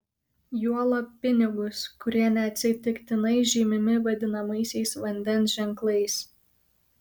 juolab pinigus kurie neatsitiktinai žymimi vadinamaisiais vandens ženklais